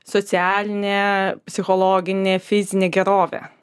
socialinė psichologinė fizinė gerovė